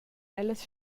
ellas